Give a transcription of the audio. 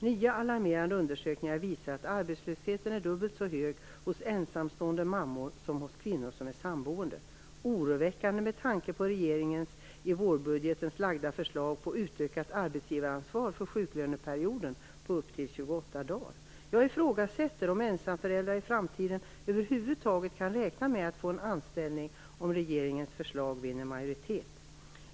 Nya alarmerande undersökningar visar att arbetslösheten är dubbelt så hög hos ensamstående mammor som hos kvinnor som är samboende. Det är oroväckande med tanke på regeringens i vårbudgeten framlagda förslag om utökat arbetsgivaransvar för sjuklöneperioden med upp till 28 dagar. Jag ifrågasätter om ensamföräldrar i framtiden över huvud taget kan räkna med att få en anställning om regeringens förslag vinner majoritet.